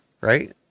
right